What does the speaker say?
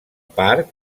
parc